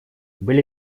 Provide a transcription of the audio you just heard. были